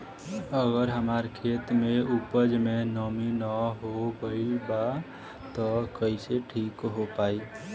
अगर हमार खेत में उपज में नमी न हो गइल बा त कइसे ठीक हो पाई?